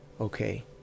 okay